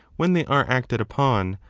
when they are acted upon,